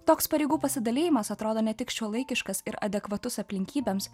toks pareigų pasidalijimas atrodo ne tik šiuolaikiškas ir adekvatus aplinkybėms